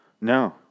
no